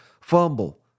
fumble